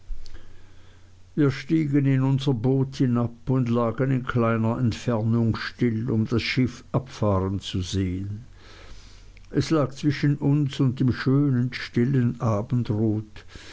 wir stiegen in unser boot hinab und lagen in kleiner entfernung still um das schiff abfahren zu sehen es lag zwischen uns und dem schönen stillen abendrot